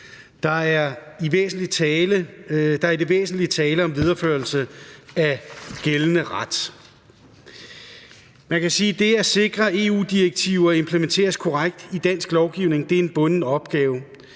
Der er i det væsentlige tale om videreførelse af gældende ret. Man kan sige, at det at sikre, at EU-direktiver implementeres korrekt i dansk lovgivning, er en bunden opgave,